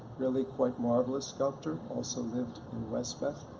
really quite marvelous sculptor, also lived in westbeth.